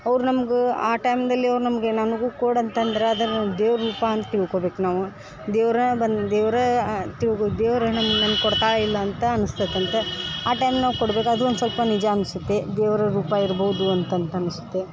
ಅವ್ರು ನಮ್ಗೆ ಆ ಟೈಮ್ನಲ್ಲಿ ಅವ್ರು ನಮಗೆ ನಮಗೂ ಕೊಡು ಅಂತಂದ್ರೆ ಅದರ್ ನಾವು ದೇವ್ರ ರೂಪ ಅಂತ ತಿಳ್ಕೊಬೇಕು ನಾವು ದೇವ್ರು ಬಂದು ದೇವ್ರು ತಿಳ್ಗು ದೇವ್ರು ನಮ್ಮ ನಮ್ಮ ಕೊಡ್ತಾ ಇಲ್ಲ ಅಂತ ಅನ್ನಿಸ್ತೈತಂತ ಆ ಟೈಮ್ ನಾವು ಕೊಡ್ಬೇಕು ಅದೂ ಒಂದು ಸ್ವಲ್ಪ ನಿಜ ಅನಿಸುತ್ತೆ ದೇವ್ರ ರೂಪ ಇರ್ಬೌದು ಅಂತಂತ ಅನಿಸುತ್ತೆ